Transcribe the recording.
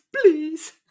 please